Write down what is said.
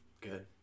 Good